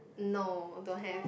no don't have